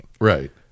Right